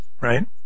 right